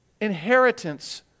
inheritance